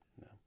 No